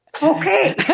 Okay